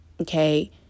Okay